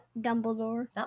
Dumbledore